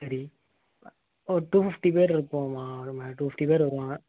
சரி ஒரு two fifty பேர் இருபோம்மா ஒரு டூ ஃபிஃப்டி பேர் வருவாங்க